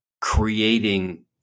creating